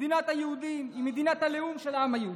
מדינת היהודים, היא מדינת הלאום של העם היהודי.